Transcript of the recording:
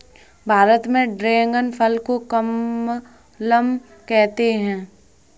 भारत में ड्रेगन फल को कमलम कहते है